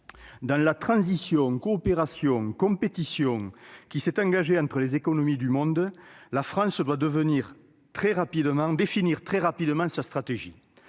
de « transition-coopération-compétition » qui a débuté entre les économies du monde, la France doit définir très rapidement sa stratégie.